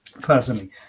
personally